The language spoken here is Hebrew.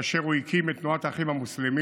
כאשר הוא הקים את תנועת האחים המוסלמים,